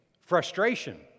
frustration